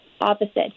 opposite